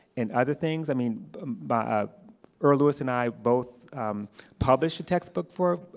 and other things. i mean but ah earl lewis and i both published a textbook for